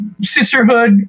sisterhood